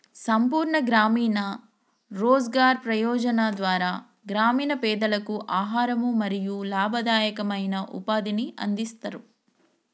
సంపూర్ణ గ్రామీణ రోజ్గార్ యోజన ద్వారా గ్రామీణ పేదలకు ఆహారం మరియు లాభదాయకమైన ఉపాధిని అందిస్తరు